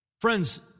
Friends